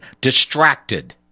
distracted